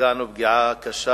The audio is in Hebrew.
נפגענו פגיעה קשה,